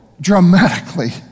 dramatically